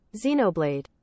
Xenoblade